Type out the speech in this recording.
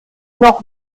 noch